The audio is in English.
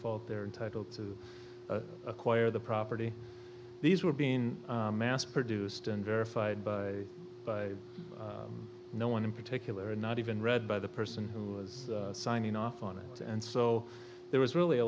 fault they're entitled to acquire the property these were being mass produced and verified by by no one in particular not even read by the person who was signing off on it and so there was really a